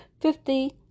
fifty